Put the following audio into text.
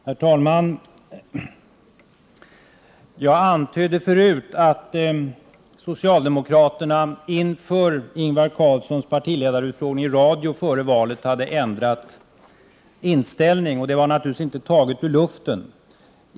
Herr talman! Jag antydde förut att socialdemokraterna inför Ingvar Carlssons partiledarutfrågning i radio före valet hade ändrat inställning. Det var naturligtvis inte taget ur luften.